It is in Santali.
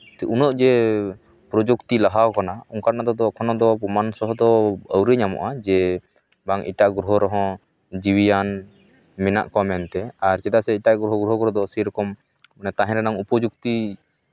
ᱩᱱᱟᱹᱜ ᱡᱮ ᱯᱨᱚᱡᱩᱠᱛᱤ ᱞᱟᱦᱟᱣ ᱠᱟᱱᱟ ᱚᱱᱠᱟᱱᱟᱜ ᱫᱚ ᱯᱨᱚᱢᱟᱱ ᱥᱚᱦᱚ ᱫᱚ ᱟᱹᱣᱨᱤ ᱧᱟᱢᱚᱜᱼᱟ ᱡᱮ ᱵᱟᱝ ᱮᱴᱟᱜ ᱜᱨᱚᱦᱚ ᱨᱮᱦᱚᱸ ᱡᱤᱣᱤᱭᱟᱱ ᱢᱮᱱᱟᱜ ᱠᱚᱣᱟ ᱢᱮᱱᱛᱮ ᱟᱨ ᱪᱮᱫᱟᱜ ᱥᱮ ᱮᱴᱟᱜ ᱜᱨᱚᱦᱚ ᱜᱨᱚᱦᱚ ᱠᱚᱨᱮ ᱫᱚ ᱥᱮᱨᱚᱠᱚᱢ ᱢᱟᱱᱮ ᱛᱟᱦᱮᱱ ᱨᱮᱱᱟᱝ ᱩᱯᱚᱡᱩᱠᱛᱤ